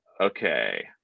okay